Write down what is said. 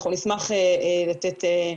אנחנו נשמח לתת יד לדבר הזה.